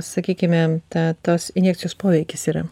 sakykime ta tos injekcijos poveikis yra